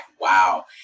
wow